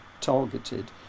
targeted